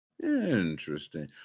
interesting